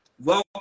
Welcome